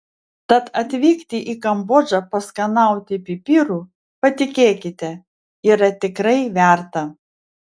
tad atvykti į kambodžą paskanauti pipirų patikėkite yra tikrai verta